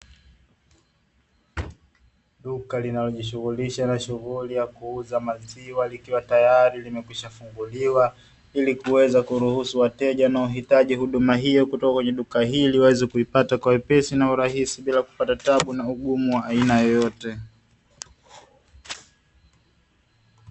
Duka linalojishughulisha na shughuli ya kuuza maziwa likiwa tayari limekwisha funguliwa ili kuweza kuruhusu wateja wanaohitaji huduma hiyo kutoka kwenye duka hili waweze kuipata kwa wepesi na urahisi bila kupata tabu na ugumu wa aina yoyote.